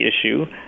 issue